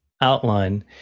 outline